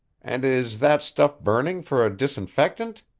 and is that stuff burning for a disinfectant?